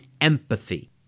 empathy